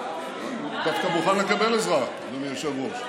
דווקא מוכן לקבל עזרה, אדוני היושב-ראש.